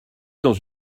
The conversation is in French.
dans